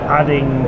adding